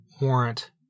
Warrant